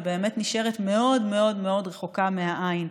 היא באמת נשארת מאוד מאוד מאוד רחוקה מהעין.